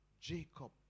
Jacob